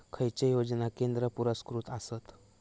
खैचे योजना केंद्र पुरस्कृत आसत?